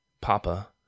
Papa